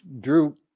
drew